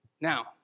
Now